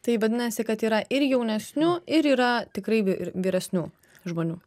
tai vadinasi kad yra ir jaunesnių ir yra tikrai vy vyresnių žmonių